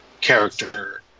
character